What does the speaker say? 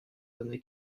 donné